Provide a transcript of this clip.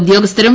ഉദ്യോഗസ്ഥരൂം